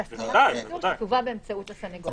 זו הסכמת העצור שתובא באמצעות הסנגור.